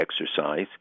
exercise